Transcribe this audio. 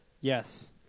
Yes